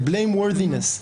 ל-בליים וורדינס.